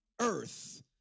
earth